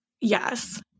Yes